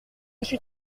suis